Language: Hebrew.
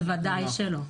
בוודאי שלא.